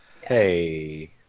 Hey